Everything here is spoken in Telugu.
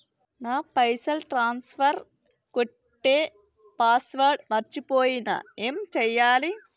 నా పైసల్ ట్రాన్స్ఫర్ కొట్టే పాస్వర్డ్ మర్చిపోయిన ఏం చేయాలి?